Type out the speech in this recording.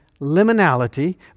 liminality